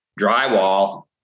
drywall